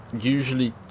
usually